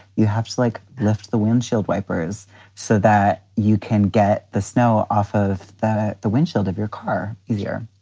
you have to, like, lift the windshield wipers so that you can get the snow off of the the windshield of your car. here,